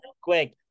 quick